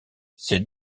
ces